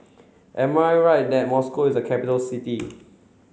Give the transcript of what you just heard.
am I right that Moscow is a capital city